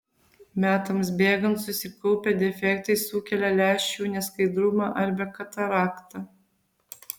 metams bėgant susikaupę defektai sukelia lęšių neskaidrumą arba kataraktą